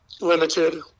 limited